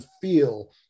feel